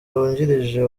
wungirije